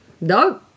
No